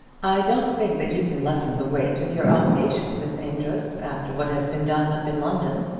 i don't think that you can lessen the weight of your obligation, miss amedroz, after what has been done up in london,